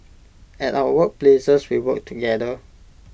at our work places we work together